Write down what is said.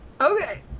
okay